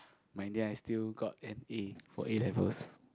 but in the end I still got an A for A-levels